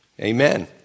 Amen